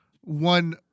one